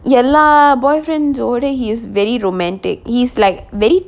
ya lah boyfriend already he's very romantic he's like very